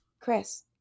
Chris